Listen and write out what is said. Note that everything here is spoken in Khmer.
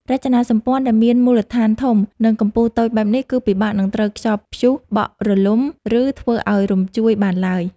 រចនាសម្ព័ន្ធដែលមានមូលដ្ឋានធំ និង កំពូលតូចបែបនេះគឺពិបាកនឹងត្រូវខ្យល់ព្យុះបក់រំលំ ឬ ធ្វើឱ្យរំញ្ជួយបានឡើយ។